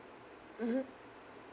mmhmm